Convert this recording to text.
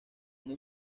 una